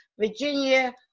Virginia